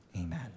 amen